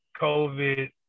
COVID